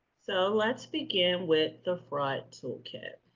so, let's begin with the fraud toolkit.